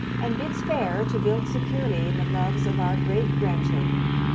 and bids fair to build securely in the loves of our great-grandchildren.